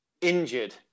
injured